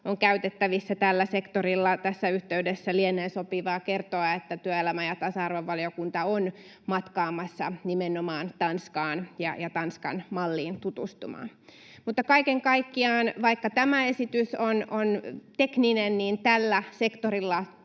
on käytettävissä tällä sektorilla. Tässä yhteydessä lienee sopivaa kertoa, että työelämä- ja tasa-arvovaliokunta on matkaamassa nimenomaan Tanskaan ja tutustumaan Tanskan malliin. Mutta vaikka kaiken kaikkiaan tämä esitys on tekninen, tällä sektorilla